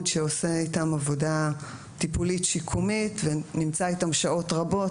שעושה איתם עבודה טיפולית-שיקומית ונמצא איתם שעות רבות.